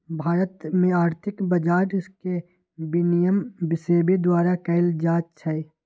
भारत में आर्थिक बजार के विनियमन सेबी द्वारा कएल जाइ छइ